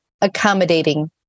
accommodating